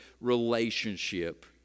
relationship